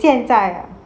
现在啊